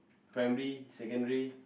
primary secondary